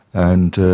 and